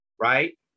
right